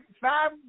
five